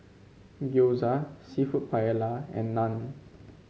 Gyoza seafood Paella and Naan